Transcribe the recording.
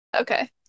Okay